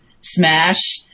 smash